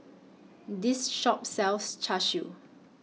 This Shop sells Char Siu